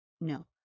No